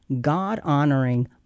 God-honoring